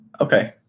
Okay